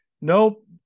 nope